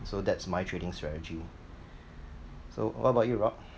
so that's my trading strategy so what about you rock